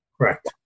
Correct